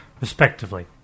respectively